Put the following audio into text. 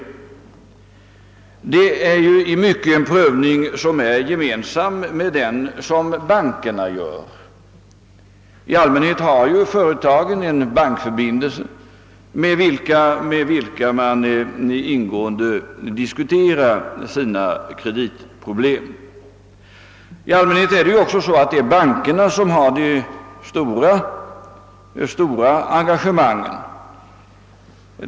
Denna prövning överensstämmer i mycket med den som bankerna gör. I allmänhet har ju företagen en bankförbindelse, med vilken de ingående diskuterar sina kreditproblem. För det mesta är det också bankerna som har de stora engagemangen.